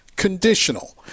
conditional